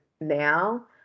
now